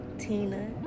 tina